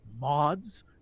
mods